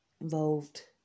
involved